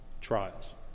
Trials